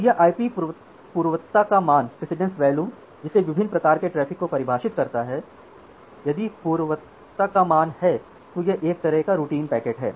तो यह आईपी पूर्वता का मान इसे विभिन्न प्रकार के ट्रैफ़िक को परिभाषित करता है यदि पूर्वता का मान 0 है तो यह एक तरह का रूटीन पैकेट है